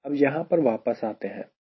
अब यहां पर वापस आते हैं